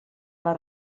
les